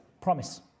promise